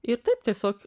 ir taip tiesiog